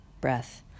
breath